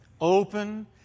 Open